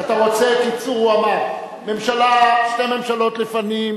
חבר הכנסת גפני,